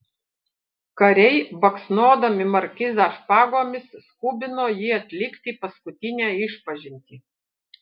kariai baksnodami markizą špagomis skubino jį atlikti paskutinę išpažintį